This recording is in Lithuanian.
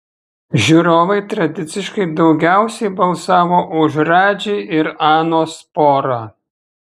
žiūrovai tradiciškai daugiausiai balsavo už radži ir anos porą